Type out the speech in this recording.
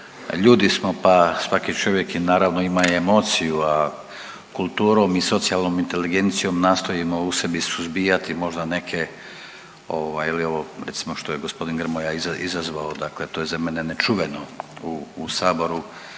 ljudi smo, pa svaki čovjek i naravno ima i emociju, a kulturom i socijalnom inteligencijom nastojimo u sebi suzbijati možda neke ovaj ili ovo recimo što je g. Grmoja izazvao dakle to je za mene nečuveno u saboru.